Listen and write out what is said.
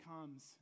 comes